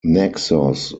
naxos